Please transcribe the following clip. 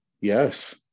yes